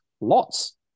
Lots